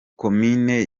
komine